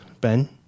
Ben